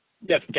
Yes